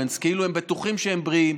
כאילו הם בטוחים שהם בריאים,